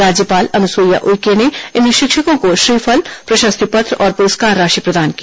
राज्यपाल अनुसुईया उइके ने इन शिक्षकों को श्रीफल प्रशस्ति पत्र और पुरस्कार राशि प्रदान की